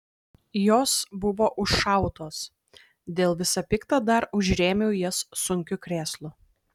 jos buvo užšautos dėl visa pikta dar užrėmiau jas sunkiu krėslu